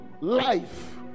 life